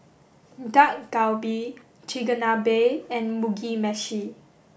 Dak Galbi Chigenabe and Mugi Meshi